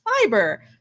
fiber